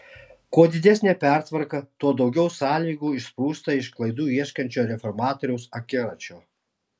kuo didesnė pertvarka tuo daugiau sąlygų išsprūsta iš klaidų ieškančio reformatoriaus akiračio